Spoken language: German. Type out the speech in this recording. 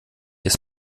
ist